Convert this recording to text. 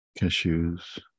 cashews